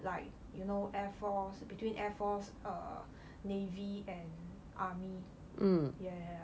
like you know air force between air force err navy and army yeah yeah